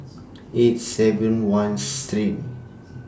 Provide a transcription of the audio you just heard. eight seven one steem